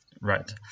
Right